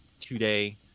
today